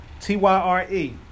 T-Y-R-E